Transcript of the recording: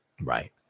Right